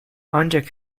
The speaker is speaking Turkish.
ancak